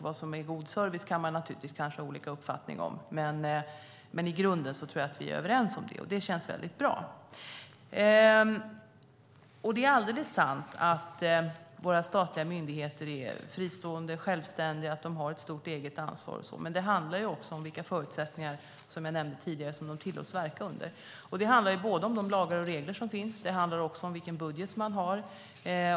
Vad som är god service kan man givetvis ha olika uppfattning om, men i grunden tror jag att vi är överens, och det känns bra. Det är sant att våra statliga myndigheter är fristående och självständiga och har ett stort eget ansvar. Men som jag nämnde tidigare handlar det också om vilka förutsättningar de tillåts att verka under. Det handlar om de lagar och regler som finns och om vilken budget de har.